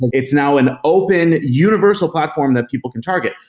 it's now an open universal platform that people can target.